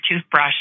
toothbrush